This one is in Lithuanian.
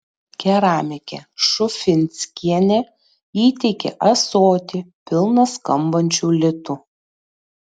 keramikė šufinskienė įteikė ąsotį pilną skambančių litų